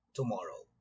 tomorrow